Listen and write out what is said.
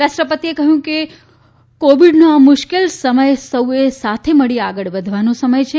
રાષ્ર પતિએ કહ્યું કે કોવિડનો આ મુશ્કેલ સમય સૌએ સાથે મળી આગળ વધવાનો સમય છે